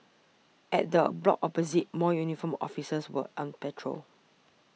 at the block opposite more uniformed officers were on patrol